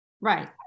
Right